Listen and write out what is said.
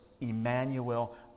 Emmanuel